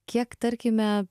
kiek tarkime